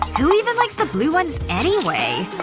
who even likes the blue ones anyway?